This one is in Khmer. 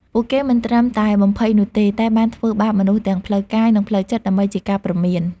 ពួកគេមិនត្រឹមតែបំភ័យនោះទេ តែបានធ្វើបាបមនុស្សទាំងផ្លូវកាយ និងផ្លូវចិត្តដើម្បីជាការព្រមាន។